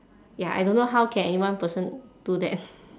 ya I don't know how can anyone person do that